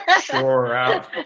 Sure